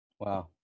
Wow